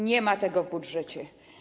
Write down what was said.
Nie ma tego w budżecie.